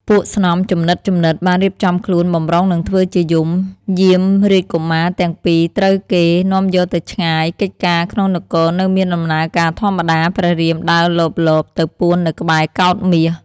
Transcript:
ពួកស្នំជំនិតៗ បានរៀបចំខ្លួនបម្រុងនឹងធ្វើជាយំយាមរាជកុមារទាំងពីរត្រូវគេ នាំយកទៅឆ្ងាយកិច្ចការក្នុងនគរនៅមានដំណើរការធម្មតា ព្រះរាមដើរលបៗ ទៅពួននៅក្បែរកោដ្ឋមាស។